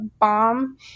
bomb